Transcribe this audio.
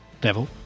devil